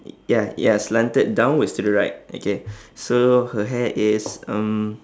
ya ya slanted downwards to the right okay so her hair is um